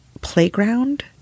playground